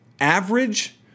average